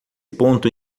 ponto